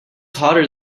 hotter